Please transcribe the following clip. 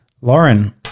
Lauren